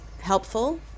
Helpful